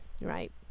right